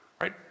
right